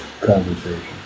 conversation